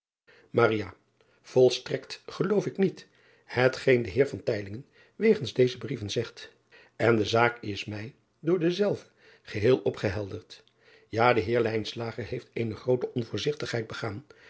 olstrekt geloof ik niet hetgeen de eer driaan oosjes zn et leven van aurits ijnslager wegens deze brieven zegt en da zaak is mij door dezelve geheel opgehelderd a de eer heeft eene groote onvoorzigtigheid begaan